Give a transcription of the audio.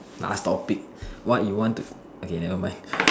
last topic what you want to okay never mind